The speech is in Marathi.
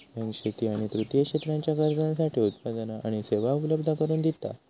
बँक शेती आणि तृतीय क्षेत्राच्या गरजांसाठी उत्पादना आणि सेवा उपलब्ध करून दिता